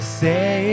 say